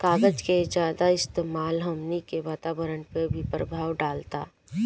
कागज के ज्यादा इस्तेमाल हमनी के वातावरण पर भी प्रभाव डालता